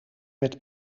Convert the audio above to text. met